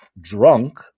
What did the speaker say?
drunk